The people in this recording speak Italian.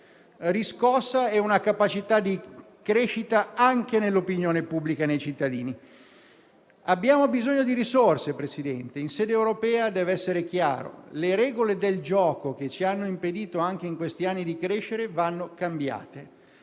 riscossa e una capacità di crescita anche nell'opinione pubblica e nei cittadini. Abbiamo bisogno di risorse, Presidente, in sede europea deve essere chiaro; le regole del gioco che ci hanno impedito anche in questi anni di crescere vanno cambiate.